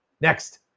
Next